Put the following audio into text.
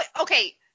Okay